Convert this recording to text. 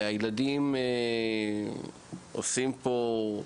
והילדים עושים פה,